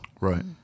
Right